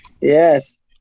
Yes